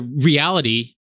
reality